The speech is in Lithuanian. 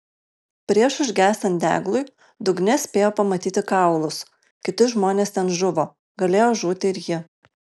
prieš užgęstant deglui dugne spėjo pamatyti kaulus kiti žmonės ten žuvo galėjo žūti ir ji